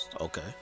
okay